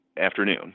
afternoon